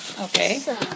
Okay